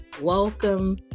welcome